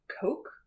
Coke